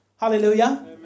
Hallelujah